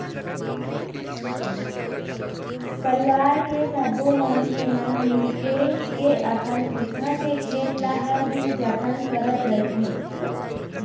परिवार के सब्बो मनखे मन मिलके के अपन पुरखा के खेत ल हर दिन जतन करत रहिथे